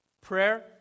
Prayer